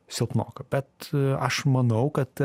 silpnoka bet aš manau kad